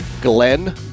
Glenn